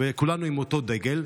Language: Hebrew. וכולנו עם אותו דגל,